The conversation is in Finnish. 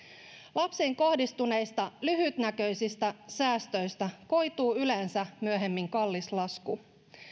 lapsiin kohdistuneista lyhytnäköisistä säästöistä koituu yleensä myöhemmin kallis lasku